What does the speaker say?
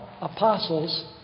apostles